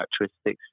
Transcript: characteristics